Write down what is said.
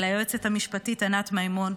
ליועצת המשפטית ענת מימון,